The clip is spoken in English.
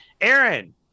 Aaron